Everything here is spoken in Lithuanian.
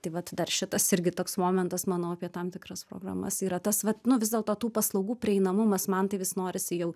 tai vat dar šitas irgi toks momentas manau apie tam tikras programas yra tas vat nu vis dėlto tų paslaugų prieinamumas man tai vis norisi jau